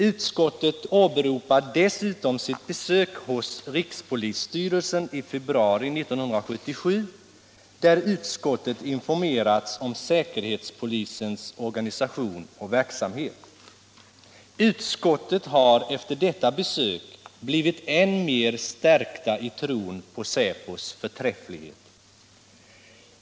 Utskottet åberopar dessutom sitt besök hos rikspolisstyrelsen i februari 1977, när utskottet informerades om säkerhetspolisens organisation och verksamhet. Utskottet har efter detta besök blivit än mer stärkt i tron på säpos förträfflighet.